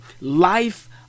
life